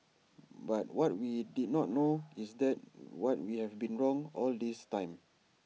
but what we did not know is that what we have been wrong all this time